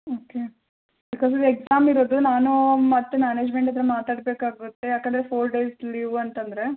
okay because exam ಇರೋದು ನಾನು ಮತ್ತೆ ಮ್ಯಾನೇಜ್ಮೆಂಟ್ ಹತ್ತಿರ ಮಾತಾಡಬೇಕಾಗುತ್ತೆ ಯಾಕಂದರೆ ಫೋರ್ ಡೇಸ್ ಲೀವ್ ಅಂತಂದರೆ